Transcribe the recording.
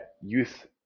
youth